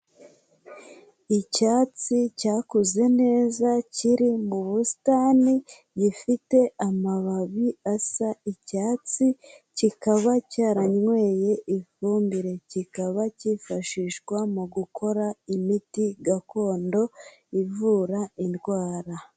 Icyatsi cyakuze neza kiri mu busitani, gifite amababi asa icyatsi, kikaba cyaranyweye ifumbire, kikaba kifashishwa mu gukora imiti gakondo ivura indwara.